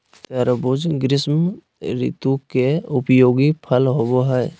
तरबूज़ ग्रीष्म ऋतु के उपयोगी फल होबो हइ